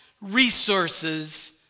resources